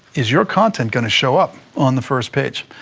is your content going to show up on the first page?